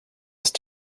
ist